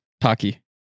Taki